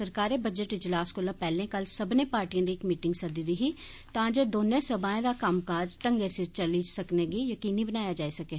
सरकारै बजट इजलास कोला पैहलें कल सब्बनें पार्टिएं दी इक मीटिंग सद्दी दी ही तां जे दौनें सभाएं दा कम्मकाज ढंगै सिर चली सकने गी यकीनी बनाया जाई सकै